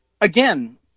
again